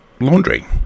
laundry